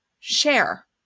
share